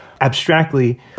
abstractly